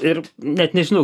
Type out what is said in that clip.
ir net nežinau